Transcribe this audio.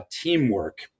teamwork